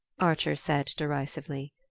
archer said derisively.